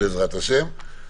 בעזרת השם.